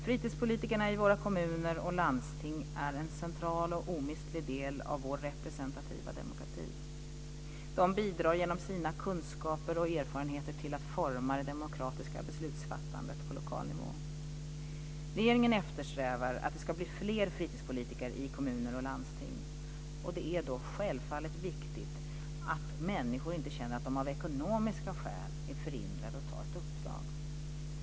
Fritidspolitikerna i våra kommuner och landsting är en central och omistlig del av vår representativa demokrati. De bidrar genom sina kunskaper och erfarenheter till att forma det demokratiska beslutsfattandet på lokal nivå. Regeringen eftersträvar att det ska bli fler fritidspolitiker i kommuner och landsting. Det är då självfallet viktigt att människor inte känner att de av ekonomiska skäl är förhindrade att ta ett uppdrag.